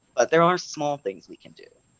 but there are small things we can do?